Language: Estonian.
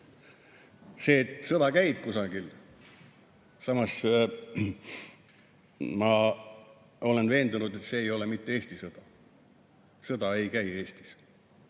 öelda? Sõda käib kusagil. Samas ma olen veendunud, et see ei ole mitte Eesti sõda. Sõda ei käi Eestis.